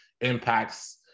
impacts